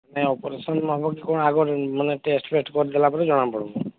ନାଇଁ ଅପରେସନ୍ ଆଗରୁ କ'ଣ ଆଗ ମାନେ ଟେଷ୍ଟ ଫେଷ୍ଟ କରି ଦେଲା ପରେ ଜଣା ପଡ଼ିବ